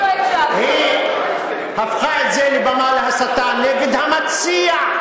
היא הפכה את זה לבמה להסתה נגד המציע,